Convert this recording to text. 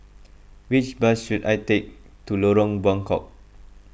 which bus should I take to Lorong Buangkok